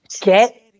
Get